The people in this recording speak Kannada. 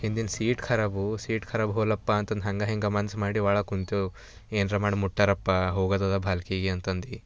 ಹಿಂದಿನ ಸೀಟ್ ಖರಾಬು ಸೀಟ್ ಖರಾಬು ಹೋಗ್ಲಪ್ಪ ಅಂತಂದು ಹಂಗೆ ಹಿಂಗೆ ಮನ್ಸು ಮಾಡಿ ಒಳಗೆ ಕೂತೆವು ಏನರ ಮಾಡಿ ಮುಟ್ಟಾರಪ್ಪ ಹೋಗೋದದ ಭಾಲ್ಕಿಗೆ ಅಂತಂದು